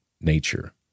nature